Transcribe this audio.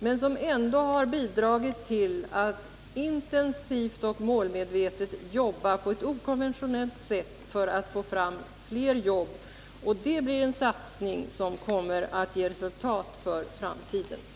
Men den har ändå intensivt och målmedvetet jobbat på ett okonventionellt sätt för att få fram fler jobb. Det var en satsning som kommer att ge resultat i framtiden.